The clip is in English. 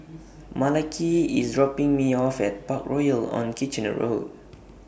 Malaki IS dropping Me off At Parkroyal on Kitchener Road